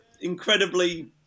incredibly